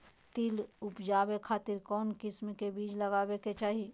तिल उबजाबे खातिर कौन किस्म के बीज लगावे के चाही?